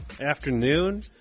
afternoon